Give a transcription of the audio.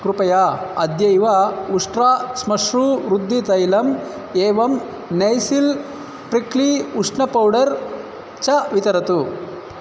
कृपया अद्यैव उष्ट्रा स्मश्रू वृद्धितैलम् एवं नैसिल् प्रिक्ली उष्ण पौडर् च वितरतु